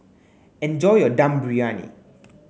enjoy your Dum Briyani